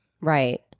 right